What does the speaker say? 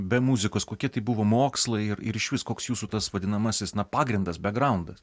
be muzikos kokie tai buvo mokslai ir ir išvis koks jūsų tas vadinamasis na pagrindas bekgraundas